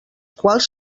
quals